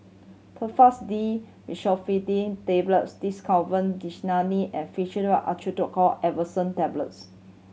Telfast D Fexofenadine Tablets Desowen Desonide and Fluimucil Acetylcysteine Effervescent Tablets